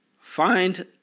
find